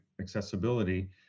accessibility